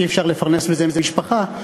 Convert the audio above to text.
אי-אפשר לפרנס בזה משפחה,